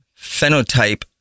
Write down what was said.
phenotype